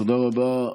תודה רבה.